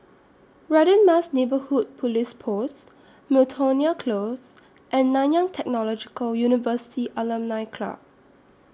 Radin Mas Neighbourhood Police Post Miltonia Close and Nanyang Technological University Alumni Club